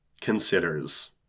Considers